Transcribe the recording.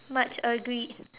much agreed